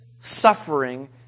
suffering